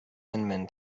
inman